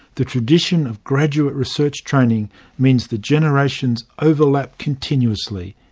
the tradition of graduate research training means the generations overlap continuously,